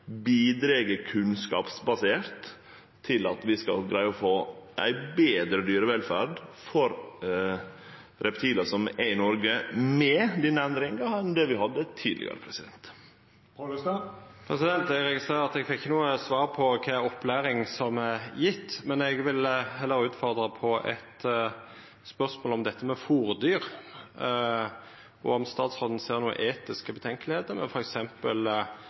bidreg kunnskapsbasert til at vi skal greie å få ei betre dyrevelferd for reptil i Noreg med denne endringa enn det vi hadde tidlegare. Eg registrerer at eg ikkje fekk noko svar på kva opplæring som er gjeven, og eg vil heller utfordra med eit spørsmål om dette med fôrdyr: Har statsråden nokre etiske skruplar med f.eks. å driva oppdrett av kaninar med